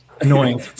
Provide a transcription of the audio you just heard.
annoying